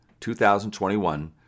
2021